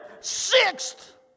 sixth